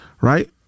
Right